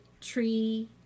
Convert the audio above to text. tree